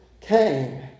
came